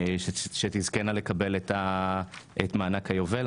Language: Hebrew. שתזכינה לקבל את מענק היובל.